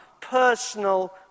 personal